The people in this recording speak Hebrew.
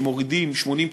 שמורידים 80%,